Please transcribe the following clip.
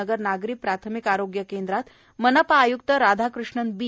नगर नागरी प्राथमिक आरोग्य केंद्रात मनपा आय्क्त राधाकृष्णन बी